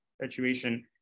situation